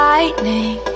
Lightning